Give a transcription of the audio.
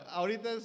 ahorita